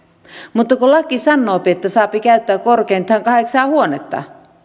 mutta laki sanoo että saapi käyttää korkeintaan kahdeksaa huonetta